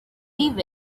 leave